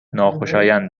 ناخوشایند